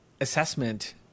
assessment